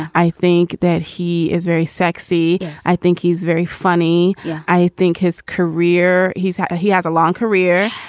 i think that he is very sexy. i think he's very funny yeah i think his career he's had. he has a long career.